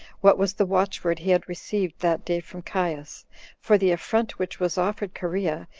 what was the watchword he had received that day from caius for the affront which was offered cherea,